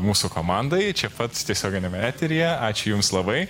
mūsų komandai čia pat tiesioginiame eteryje ačiū jums labai